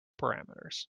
parameters